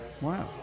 Wow